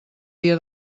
dia